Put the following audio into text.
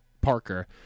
Parker—